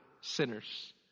sinners